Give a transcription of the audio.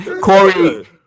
Corey